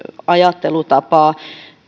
ajattelutapaa